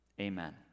Amen